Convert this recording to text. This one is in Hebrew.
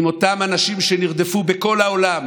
עם אותם אנשים שנרדפו בכל העולם,